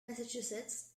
massachusetts